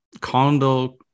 condo